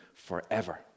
Forever